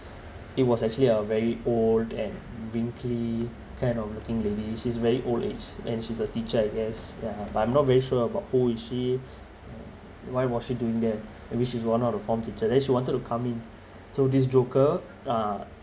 it was actually a very old and wrinkly kind of looking lady she's very old age and she's a teacher I guess yeah but I'm not very sure about who is she and why was she doing there I mean she is one of the form teacher then she wanted to come in so this joker uh